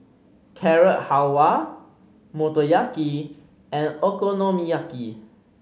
Carrot Halwa Motoyaki and Okonomiyaki